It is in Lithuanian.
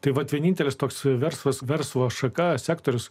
tai vat vienintelis toks verslas verslo šaka sektorius